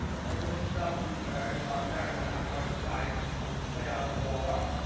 all this stuff you heard about america not wanting to fight, wanting to stay out of the war,